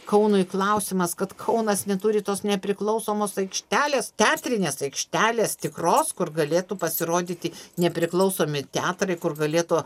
kaunui klausimas kad kaunas neturi tos nepriklausomos aikštelės teatrinės aikštelės tikros kur galėtų pasirodyti nepriklausomi teatrai kur galėtų